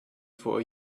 for